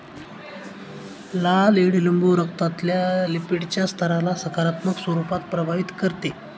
लाल ईडलिंबू रक्तातल्या लिपीडच्या स्तराला सकारात्मक स्वरूपात प्रभावित करते